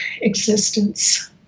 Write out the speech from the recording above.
existence